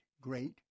great